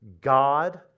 god